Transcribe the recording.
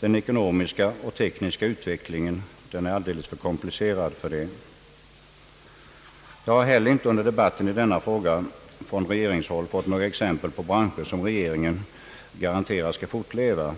Den ekonomiska och tekniska utvecklingen är alldeles för komplicerad för att det skall lyckas. Jag har heller inte under debatten i denna fråga från regeringshåll fått några exempel på branscher, som regeringen garanterar skall fortleva.